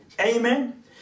amen